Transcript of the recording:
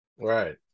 right